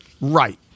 right